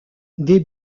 des